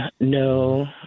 No